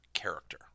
character